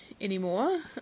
anymore